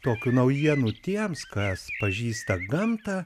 tokių naujienų tiems kas pažįsta gamtą